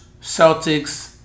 Celtics